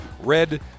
red